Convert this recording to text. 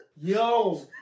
Yo